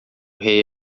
rei